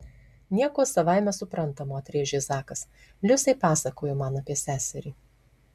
nieko savaime suprantamo atrėžė zakas liusė pasakojo man apie seserį